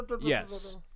yes